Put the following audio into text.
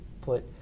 put